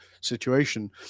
situation